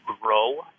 grow